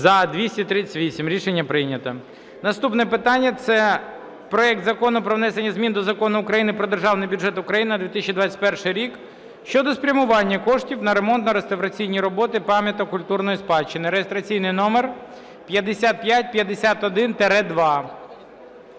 За-238 Рішення прийнято. Наступне питання – це проект Закону про внесення змін до Закону України "Про Державний бюджет України на 2021 рік" щодо спрямування коштів на ремонтно-реставраційні роботи пам’яток культурної спадщини (реєстраційний номер 5551-2).